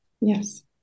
Yes